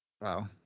Wow